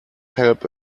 help